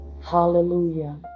Hallelujah